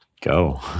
go